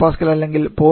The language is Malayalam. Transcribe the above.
08 MPa അല്ലെങ്കിൽ 0